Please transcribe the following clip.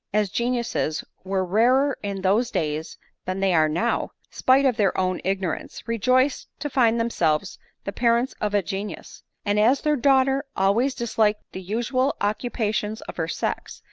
as geniuses were rarer in those days than they are now, spite of their own ignorance, rejoiced to find themselves the parents of a genius and as their daughter always disliked the usual occupations of her sex,